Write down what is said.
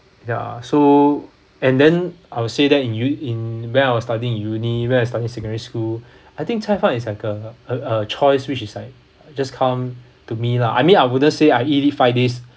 yeah so and then I would say that in u~ in when I was studying in uni when I study secondary school I think 菜饭 is like a a a choice which is like just come to me lah I mean I wouldn't say I eat it five days